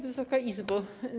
Wysoka Izbo!